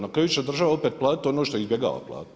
Na kraju će država opet platit ono što izbjegava platit.